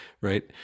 right